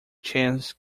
chance